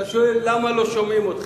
אתה שואל, למה לא שומעים אתכם.